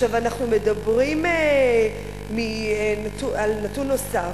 אנחנו מדברים על נתון נוסף.